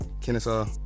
Kennesaw